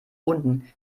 unten